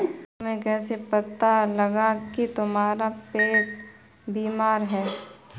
तुम्हें कैसे पता लगा की तुम्हारा पेड़ बीमार है?